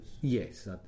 yes